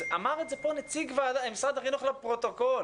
אמר כאן נציג משרד החינוך לפרוטוקול